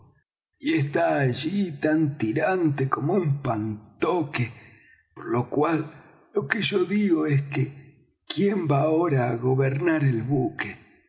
y está allí tan tirante como un pantoque por lo cual lo que yo digo es que quién va ahora á gobernar el buque